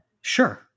Sure